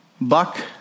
Buck